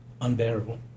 unbearable